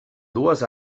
dues